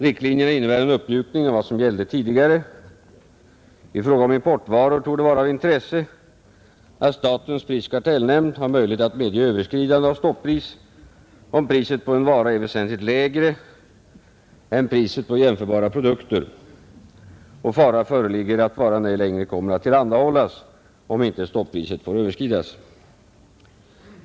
Riktlinjerna innebär en uppmjukning av vad som gällde tidigare. I fråga om importvaror torde vara av intresse, att statens prisoch kartellnämnd har möjlighet att medge överskridande av stoppris, om priset på en vara är väsentligt lägre än priset på jämförbara produkter och fara föreligger att varan ej längre kommer att tillhandahållas, om inte stoppriset får överskridas.